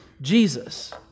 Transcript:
Jesus